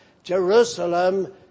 Jerusalem